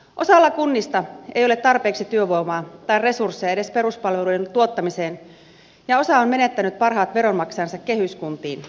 osalla kunnista ei ole tarpeeksi työvoimaa tai resursseja edes peruspalveluiden tuottamiseen ja osa on menettänyt parhaat veronmaksajansa kehyskuntiin